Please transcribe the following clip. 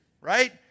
right